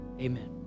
amen